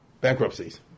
bankruptcies